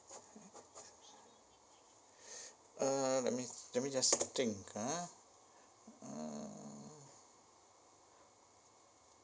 uh let me let me just thing ah uh